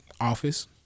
office